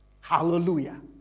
hallelujah